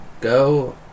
go